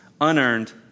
unearned